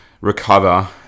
recover